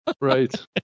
Right